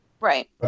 Right